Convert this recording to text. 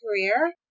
career